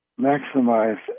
maximize